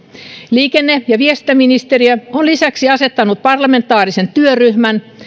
liikenne ja viestintäministeriö on lisäksi asettanut parlamentaarisen työryhmän